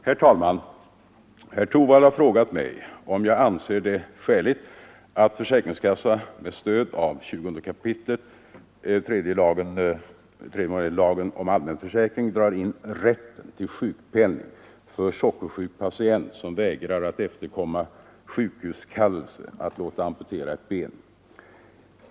Herr talman! Herr Torwald har frågat mig om jag anser det skäligt att försäkringskassan med stöd av 20 kap. 3 § lagen om allmän försäkring drar in rätten till sjukpenning för sockersjuk patient som vägrar att efterkomma sjukhuskallelse att låta amputera ett ben.